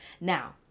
Now